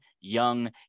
young